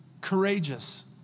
courageous